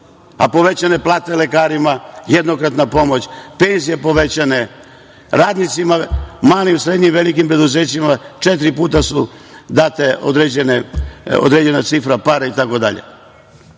a povećane plate lekarima, jednokratna pomoć, penzije povećane, radnicima malim, srednjim i velikim preduzećima četiri puta je data određena cifra itd. Poštovana